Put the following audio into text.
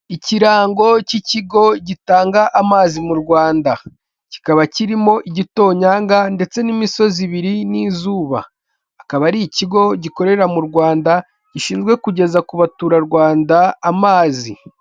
Ikirango cy'ikigo gitanga amazi mu Rwanda, kikaba kirimo igitonyanga ndetse n'imisozi ibiri n'izuba, akaba ari ikigo gikorera mu Rwanda gishinzwe kugeza ku baturarwanda amazi.